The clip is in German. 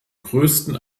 größten